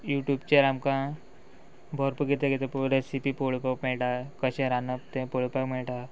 युट्यूबचेर आमकां भरपूर कितें कितें रेसिपी पळोवपाक मेळटा कशें रांदप तें पळोवपाक मेळटा